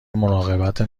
مراقبت